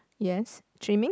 yes trimming